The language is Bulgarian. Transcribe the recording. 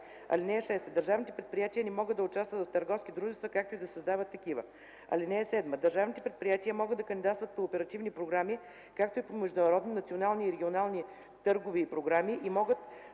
лица. (6) Държавните предприятия не могат да участват в търговски дружества, както и да създават такива. (7) Държавните предприятия могат да кандидатстват по оперативни програми, както и по международни, национални и регионални търгове и програми и могат